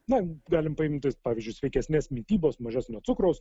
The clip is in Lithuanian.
na galim paimti pavyzdžiui sveikesnės mitybos mažesnio cukraus